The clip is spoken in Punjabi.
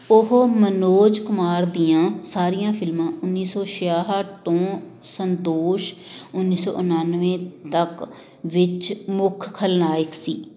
ਉਹ ਮਨੋਜ ਕੁਮਾਰ ਦੀਆਂ ਸਾਰੀਆਂ ਫਿਲਮਾਂ ਉੱਨੀ ਸੌ ਛਿਆਹਠ ਤੋਂ ਸੰਤੋਸ਼ ਉੱਨੀ ਸੌ ਉਣਾਨਵੇਂ ਤੱਕ ਵਿੱਚ ਮੁੱਖ ਖਲਨਾਇਕ ਸੀ